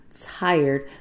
tired